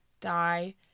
die